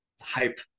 hype